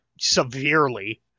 severely